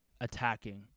attacking